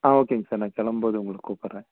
ஆ ஓகேங்க சார் நான் கிளம்பும் போது உங்களை கூப்புடுறேன்